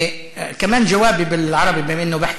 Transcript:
(אומר מילים בשפה הערבית).